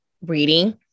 reading